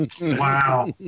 Wow